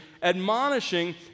admonishing